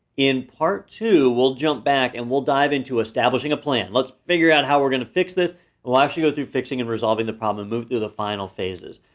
in part two, we'll jump back, and we'll dive into establishing a plan. let's figure out how we're gonna fix this. we'll actually go through fixing and resolving the problem, and move through the final phases.